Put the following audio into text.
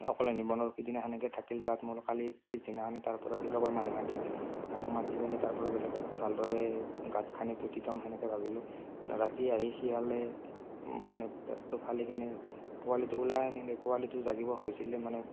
অকলে নি সিদিনা সেনেকৈ থাকিল তাত মোৰ কালি পিছদিনাখনে তাৰপৰা কিবা কৰি মানুহ মাতি মানুহ মাতি পেলাই তাৰপৰা বেলেগত ভালদৰে গাঁত খানি পুতি থম সেনেকৈ ভাবিলোঁ ৰাতি আহি শিয়ালে মানে পেটটো ফালি কিনে পোৱালিটো ওলাই আনিলে পোৱালিটো জগিব হৈছিলে মানে